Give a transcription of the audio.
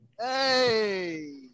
Hey